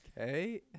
Okay